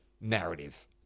narrative